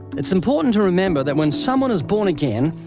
it's important to remember that when someone is born again,